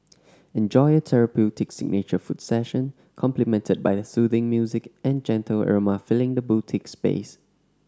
enjoy a therapeutic signature foot session complimented by the soothing music and gentle aroma filling the boutique space